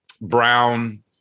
Brown